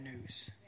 news